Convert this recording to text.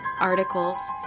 articles